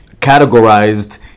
categorized